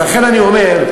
אז לכן אני אומר,